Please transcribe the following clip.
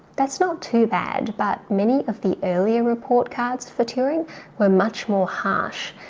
that's not too bad but many of the earlier report cards for turing were much more harsh.